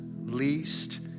least